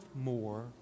more